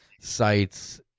sites